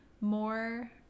more